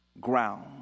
ground